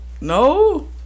no